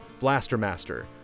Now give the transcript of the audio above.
Blastermaster